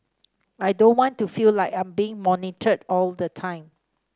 I don't want to feel like I'm being monitored all the time